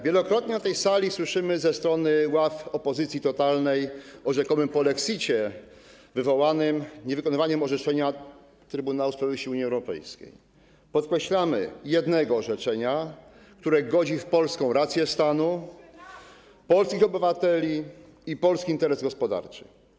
Wielokrotnie na tej sali słyszymy ze strony ław opozycji totalnej o rzekomym polexicie wywołanym niewykonywaniem orzeczenia Trybunału Sprawiedliwości Unii Europejskiej, podkreślamy: jednego orzeczenia, który godzi w polską rację stanu, w polskich obywateli i polski interes gospodarczy.